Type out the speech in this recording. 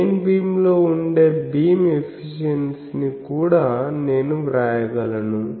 main beam లో ఉండే beam ఎఫిషియన్సీని కూడా నేను వ్రాయగలను